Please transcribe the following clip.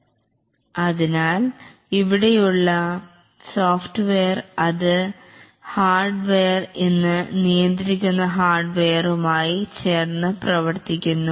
അതുകൊണ്ടു തന്നെ ഇവിടെ സോഫ്റ്റ്വെയർ ഹാർഡ്വെയറുമായി വളരെ അടുത്ത് പ്രവർത്തിക്കുന്നു കൂടാതെ അതിനെ നിയന്ത്രിക്കുന്നു